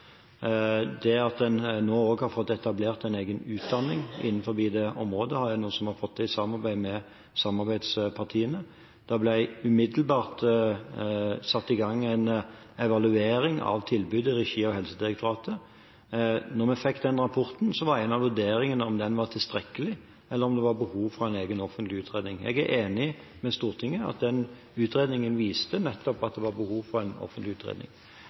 At en nå også har fått etablert en egen utdanning innen det området, er noe vi har fått til i samarbeid med samarbeidspartiene. Det ble umiddelbart satt i gang en evaluering av tilbudet i regi av Helsedirektoratet. Da vi fikk den rapporten, var en av vurderingene om den var tilstrekkelig, eller om det var behov for en egen offentlig utredning. Jeg er enig med Stortinget i at den rapporten viste at det var behov for en offentlig utredning.